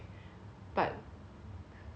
and it's like I don't think I care enough